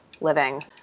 living